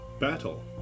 Battle